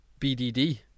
BDD